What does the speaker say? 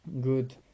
good